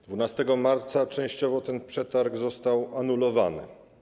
12 marca częściowo ten przetarg został anulowany.